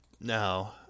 Now